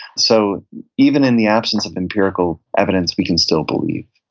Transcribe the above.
so even in the absence of empirical evidence, we can still believe,